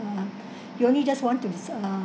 uh you only just want to fix uh